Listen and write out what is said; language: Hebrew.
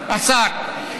השר.